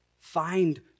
Find